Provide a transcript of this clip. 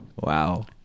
wow